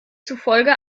zufolge